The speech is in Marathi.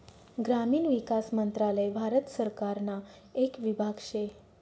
ग्रामीण विकास मंत्रालय भारत सरकारना येक विभाग शे